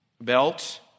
belt